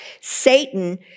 Satan